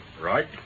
Right